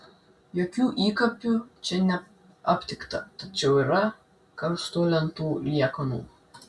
jokių įkapių čia neaptikta tačiau yra karstų lentų liekanų